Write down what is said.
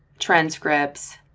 transcripts,